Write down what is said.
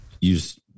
use